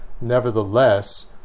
Nevertheless